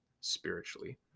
spiritually